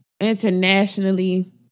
internationally